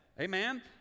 Amen